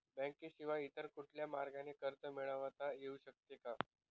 बँकेशिवाय इतर कुठल्या मार्गाने कर्ज मिळविता येऊ शकते का?